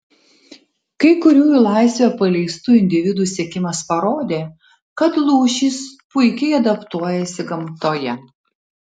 kai kurių į laisvę paleistų individų sekimas parodė kad lūšys puikiai adaptuojasi gamtoje